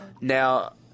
Now